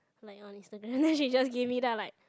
like on Instagram then she just give me then I'm like